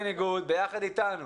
ביחד איתנו